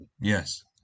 Yes